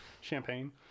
champagne